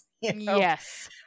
Yes